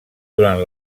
durant